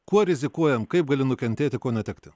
kuo rizikuojam kaip gali nukentėti ko netekti